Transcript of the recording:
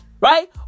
Right